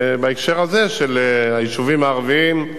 ובהקשר של היישובים הערביים,